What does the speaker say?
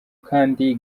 kandi